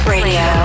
Radio